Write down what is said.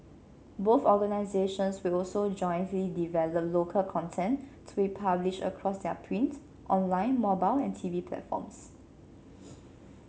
both organizations will also jointly develop local content to be published across their print online mobile and T V platforms